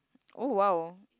oh !wow!